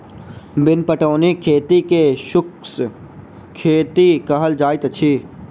बिन पटौनीक खेती के शुष्क खेती कहल जाइत छै